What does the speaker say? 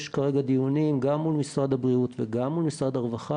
יש כרגע דיונים גם מול משרד הבריאות וגם מול משרד הרווחה